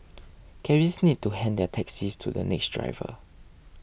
cabbies need to hand their taxis to the next driver